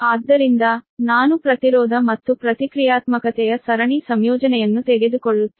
ಆದ್ದರಿಂದ ನಾನು ಪ್ರತಿರೋಧ ಮತ್ತು ಪ್ರತಿಕ್ರಿಯಾತ್ಮಕತೆಯ ಸರಣಿ ಸಂಯೋಜನೆಯನ್ನು ತೆಗೆದುಕೊಳ್ಳುತ್ತೇನೆ